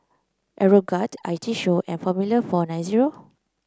Aeroguard I T Show and Formula four nine zero